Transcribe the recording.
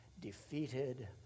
defeated